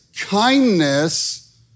Kindness